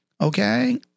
okay